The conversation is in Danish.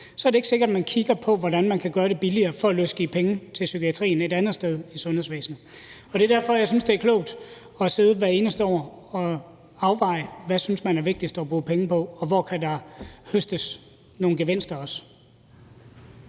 er det ikke sikkert, at man kigger på, hvordan man kan gøre det billigere for at frigive penge til psykiatrien et andet sted i sundhedsvæsenet. Det er derfor, jeg synes, det er klogt at sidde hvert eneste år og afveje, hvad man synes er vigtigst at bruge penge på, og hvor der også kan høstes nogle gevinster.